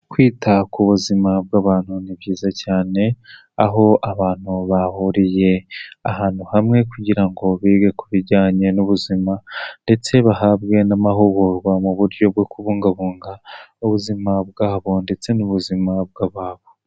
Kwita ku buzima bw'abantu ni byiza cyane, aho abantu bahuriye ahantu hamwe kugira ngo bige ku bijyanye n'ubuzima, ndetse bahabwe n'amahugurwa mu buryo bwo kubungabunga ubuzima bwabo ndetse n'ubuzima bwa babo.